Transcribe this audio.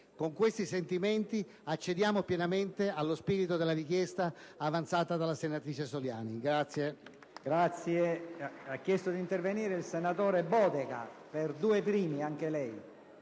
Con questi sentimenti, accediamo pienamente allo spirito della richiesta avanzata dalla senatrice Soliani.